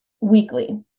weekly